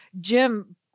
Jim